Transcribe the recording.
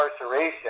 incarceration